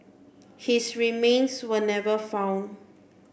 his remains were never found